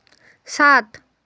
সাত